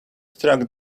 struck